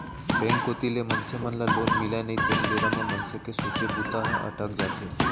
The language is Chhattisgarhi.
बेंक कोती ले मनसे ल लोन मिलय नई तेन बेरा म मनसे के सोचे बूता ह अटक जाथे